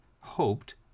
hoped